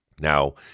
Now